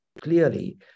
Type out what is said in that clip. clearly